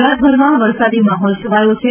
ગુજરાતભરમાં વરસાદી માહોલ છવાયો છે